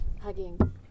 hugging